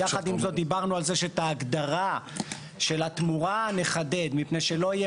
יחד עם זאת דיברנו על זה שאת ההגדרה של התמורה נחדד כדי שלא יהיה